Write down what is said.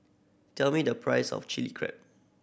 tell me the price of Chilli Crab